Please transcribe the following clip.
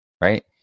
right